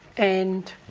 and